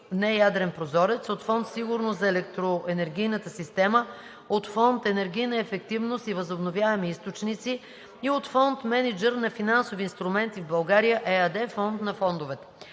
(неядрен прозорец), от Фонд „Сигурност на електроенергийната система“, от Фонд „Енергийна ефективност и възобновяеми източници“ и от „Фонд мениджър на финансови инструменти в България“ ЕАД (Фонд на фондовете);